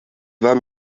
war